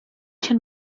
się